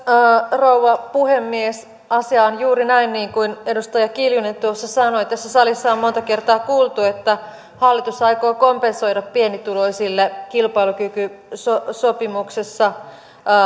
rouva puhemies asia on juuri näin kuin edustaja kiljunen tuossa sanoi tässä salissa on monta kertaa kuultu että hallitus aikoo kompensoida pienituloisille kilpailukykysopimuksessa